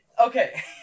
Okay